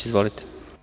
Izvolite.